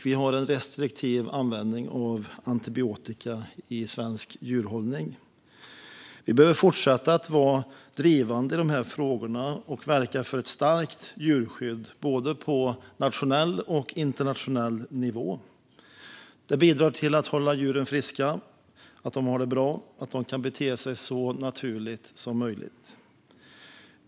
Vi har en restriktiv användning av antibiotika i svensk djurhållning. Vi behöver fortsätta att vara drivande i dessa frågor och verka för ett starkt djurskydd på både nationell och internationell nivå. Det bidrar till att hålla djuren friska och till att de har det bra och kan bete sig så naturligt som möjligt.